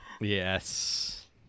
Yes